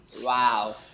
wow